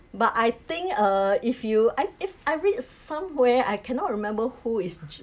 but I think err if you I if I read somewhere I cannot remember who is ch~